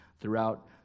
throughout